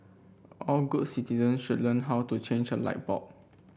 all good citizen should learn how to change a light bulb